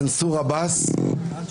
מנסור עבאס, בבקשה.